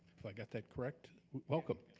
if i got that correct. welcome.